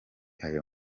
ayo